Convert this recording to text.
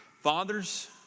Fathers